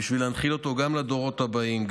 בשביל להנחיל אותו לדורות הבאים,